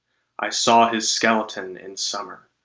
i saw his skeleton in summer.